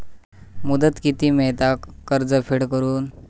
मुदत किती मेळता कर्ज फेड करून?